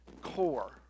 core